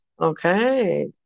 Okay